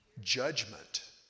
judgment